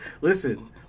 Listen